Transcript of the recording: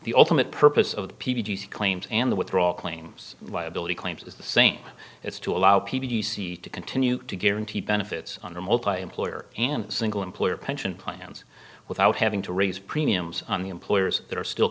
the ultimate purpose of p g claims and the withdrawal claims liability claims is the same as to allow p v c to continue to guarantee benefits under multiemployer and single employer pension plans without having to raise premiums on the employers that are still